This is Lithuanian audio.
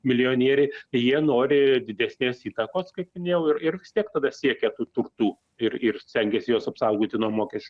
milijonieriai jie nori didesnės įtakos kaip minėjau ir ir vis tiek tada siekia tų turtų ir ir stengiasi juos apsaugoti nuo mokesčių